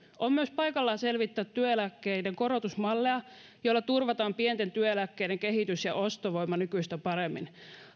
on myös paikallaan selvittää työeläkkeiden korotusmalleja joilla turvataan pienten työeläkkeiden kehitys ja ostovoima nykyistä paremmin